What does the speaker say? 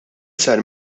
sar